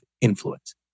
influence